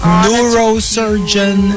neurosurgeon